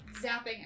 zapping